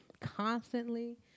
constantly